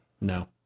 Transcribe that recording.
No